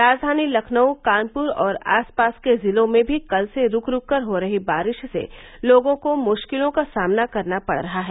राजधानी लखनऊ कानपुर और आसपास के जिलों में भी कल से रूक रूक हो रही बारिश से लोगों को मुश्किलों का सामना करना पड़ रहा है